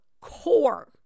core